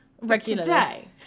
regularly